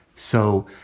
so,